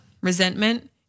resentment